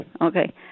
Okay